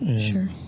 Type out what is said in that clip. Sure